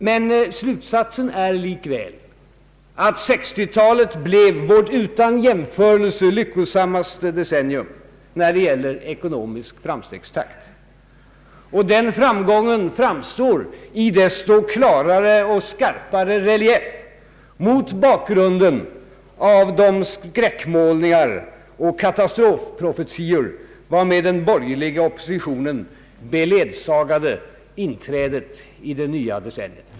Men slutsatsen är likväl att 1960-talet blivit vårt utan jämförelse lyckosammaste decennium när det gäller ekonomisk framstegstakt, och denna framgång framstår i desto klarare och skarpare relief mot bakgrunden av de skräckmålningar och katastrofprofetior, med vilka den borgerliga oppositionen beledsagade inträdet i det nya decenniet.